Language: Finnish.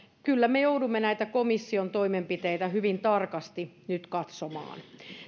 kyllä me joudumme näitä komission toimenpiteitä hyvin tarkasti nyt katsomaan